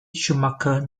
schumacher